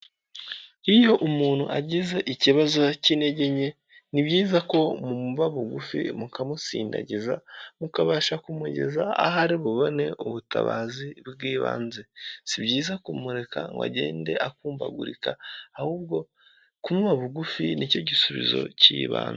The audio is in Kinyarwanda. Iyo umuntu agize ikibazo cy'intege nke, ni byiza ko mumuba bugufi mukamusindagiza, mukabasha kumugeza aho ari mubone ubutabazi bw'ibanze, si byiza kumureka ngo agende akumbagurika ahubwo kumuba bugufi ni cyo gisubizo cy'ibanze.